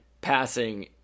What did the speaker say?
passing